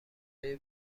های